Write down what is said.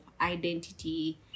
identity